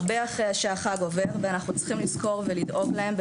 הרבה אחרי שהחג עובר ואנחנו צריכים לזכור ולדאוג להם,